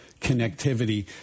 connectivity